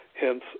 hence